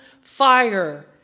fire